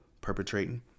perpetrating